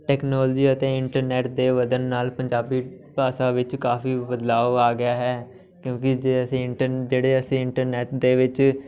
technology ਅਤੇ internet ਦੇ ਵਧਣ ਨਾਲ ਪੰਜਾਬੀ ਭਾਸ਼ਾ ਵਿੱਚ ਕਾਫੀ ਬਦਲਾਉ ਆ ਗਿਆ ਹੈ ਕਿਉਂਕਿ ਜੇ ਅਸੀਂ ਇੰਟਰ ਜਿਹੜੇ ਅਸੀਂ ਇੰਟਰਨੈੱਟ ਦੇ ਵਿੱਚ